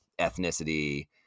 ethnicity